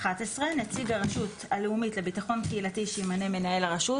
"(11)נציג הרשות הלאומית לביטחון קהילתי שימנה מנהל הרשות."